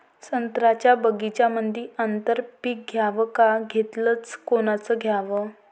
संत्र्याच्या बगीच्यामंदी आंतर पीक घ्याव का घेतलं च कोनचं घ्याव?